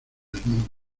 desnudos